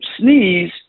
sneeze